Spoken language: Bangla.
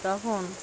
তখন